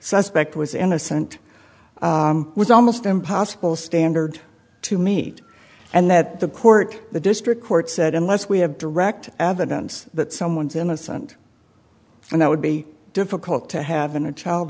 suspect was innocent was almost impossible standard to meet and that the court the district court said unless we have direct evidence that someone is innocent and that would be difficult to have in a child